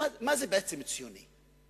מה זה בעצם ציוני?